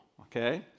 okay